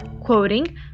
quoting